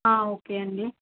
okay అండి